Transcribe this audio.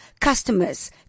customers